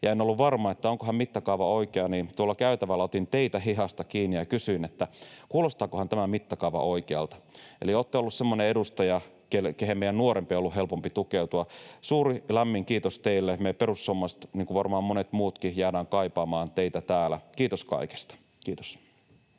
ja en ollut varma, onkohan mittakaava oikea, niin tuolla käytävällä otin teitä hihasta kiinni ja kysyin, kuulostaakohan tämä mittakaava oikealta. Eli olette ollut semmoinen edustaja, johon meidän nuorempien on ollut helpompi tukeutua — suuri, lämmin kiitos teille. Me perussuomalaiset, niin kuin varmaan monet muutkin, jäädään kaipaamaan teitä täällä. Kiitos kaikesta. — Kiitos.